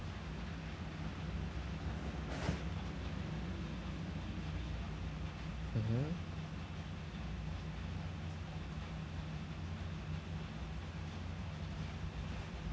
mmhmm